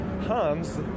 Hans